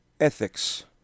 Ethics